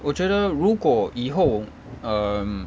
我觉得如果以后 um